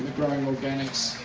growing organics,